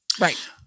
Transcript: right